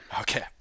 Okay